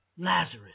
Lazarus